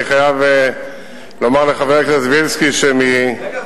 אני חייב לומר לחבר הכנסת בילסקי רגע,